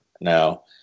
now